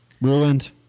ruined